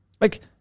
Like-